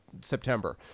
September